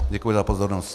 Děkuji za pozornost.